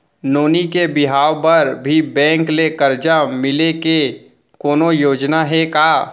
नोनी के बिहाव बर भी बैंक ले करजा मिले के कोनो योजना हे का?